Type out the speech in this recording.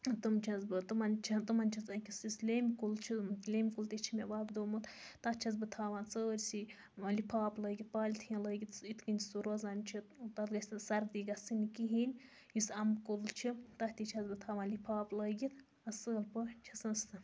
تم چھَس بہٕ تمَن چھ تمن چھَس أکِس یُس لیٚمب کُل چھُ لیٚمب کُل تہِ چھُ مےٚ وۄبدومُت تتھ چھَس بہٕ تھاوان سٲرسٕے لِپھاپھ لٲگِتھ پالتھیٖن لٲگِتھ یِتھ کنۍ سُہ روزان چھُ تتھ گَژھِ نہٕ سردی گَژھٕنۍ کِہیٖنۍ یُس اَمبہٕ کُل چھُ تتھ تہِ چھَس بہٕ تھاوان لِپھاپھ لٲگِتھ اصل پٲٹھۍ